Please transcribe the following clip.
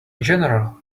general